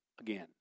again